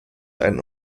ein